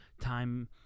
time